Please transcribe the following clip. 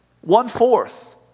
One-fourth